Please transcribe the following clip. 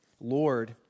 Lord